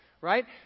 right